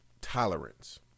Tolerance